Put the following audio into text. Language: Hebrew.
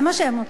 זה מה שהם,